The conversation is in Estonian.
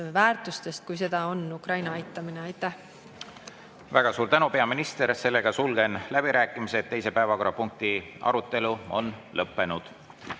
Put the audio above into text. väärtustest, kui seda on Ukraina aitamine. Aitäh! Väga suur tänu, peaminister! Sulgen läbirääkimised. Teise päevakorrapunkti arutelu on lõppenud.